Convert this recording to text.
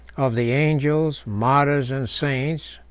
of the angels, martyrs, and saints,